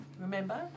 remember